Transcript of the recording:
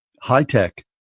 high-tech